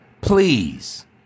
please